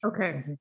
Okay